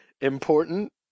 important